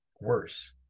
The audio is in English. worse